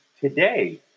today